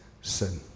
sin